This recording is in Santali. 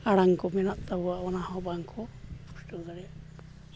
ᱟᱲᱟᱝ ᱠᱚ ᱢᱮᱱᱟᱜ ᱛᱟᱵᱚᱱᱟ ᱚᱱᱟᱦᱚᱸ ᱵᱟᱝ ᱠᱚ ᱯᱩᱥᱴᱟᱹᱣ ᱫᱟᱲᱮᱭᱟᱜ